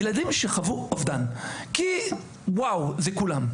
ילדים שחוו אובדן, כי וואו, זה כולם.